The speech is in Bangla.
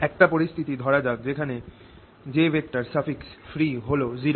একটা পরিস্থিতি ধরা যাক যেখানে jfree হল 0